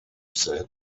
said